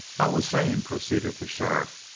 i was saying, proceeded the sheriff,